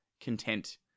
Content